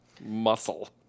muscle